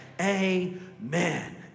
Amen